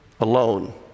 alone